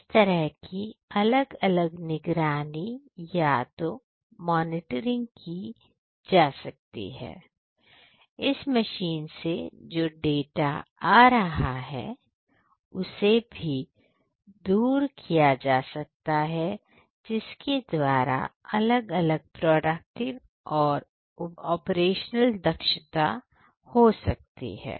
इस तरह की अलग अलग निगरानी या अथवा तो मॉनिटरिंग की जा सकती है इन मशीनों से जो डाटा रहा है उसे भी दूर किया जा सकता है जिसके द्वारा अलग अलग प्रोडक्टिव और ऑपरेशनल दक्षता हो सकती है